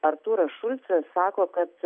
artūras šulcas sako kad